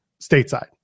stateside